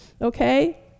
okay